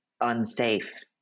unsafe